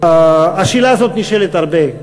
השאלה הזאת נשאלת הרבה.